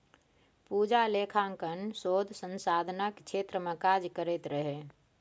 पूजा लेखांकन शोध संधानक क्षेत्र मे काज करैत रहय